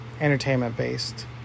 entertainment-based